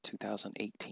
2018